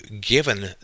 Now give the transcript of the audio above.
given